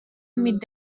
mit